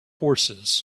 horses